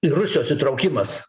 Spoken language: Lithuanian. ir rusijos įtraukimas